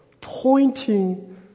pointing